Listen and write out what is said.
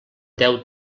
deu